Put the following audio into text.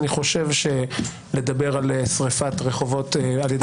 אני חושב שלדבר על שריפת רחובות זו אמירה מאוד מאוד קיצונית.